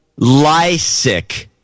Lysick